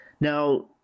Now